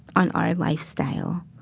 on our lifestyle?